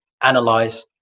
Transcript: analyze